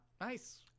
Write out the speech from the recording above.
Nice